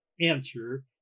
answer